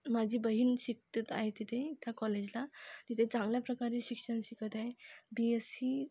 माझी बहीण शिकतेत आहे तिथे त्या कॉलेजला तिथे चांगल्या प्रकारे शिक्षण शिकत आहे बी एससी